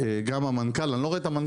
גם המנכ"ל שאני לא רואה אותו פה,